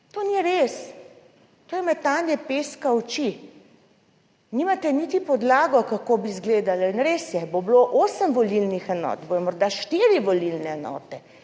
To ni res, to je metanje peska v oči. Nimate niti podlage, kako bi izgledalo, in res je. Bo bilo osem volilnih enot, bodo morda štiri volilne enote?